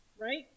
Right